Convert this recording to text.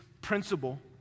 principle